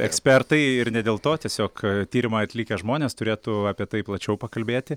ekspertai ir ne dėl to tiesiog tyrimą atlikę žmonės turėtų apie tai plačiau pakalbėti